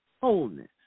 wholeness